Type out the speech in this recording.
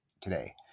today